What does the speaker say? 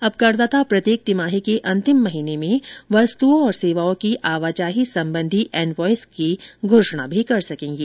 अब करदाता प्रत्येक तिमाही के अंतिम महीने में वस्तुओं और सेवाओं की आवाजाही संबंधी एनवायस की घोषणा भी कर सकेंगे